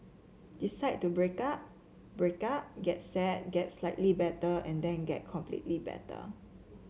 decide to break up break up get sad get slightly better and then get completely better